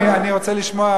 אני רוצה לשמוע,